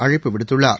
அழைப்பு விடுத்துள்ளார்